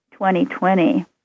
2020